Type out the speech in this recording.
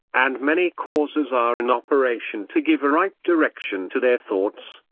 and many causes are in operation to give a right direction to their thoughts,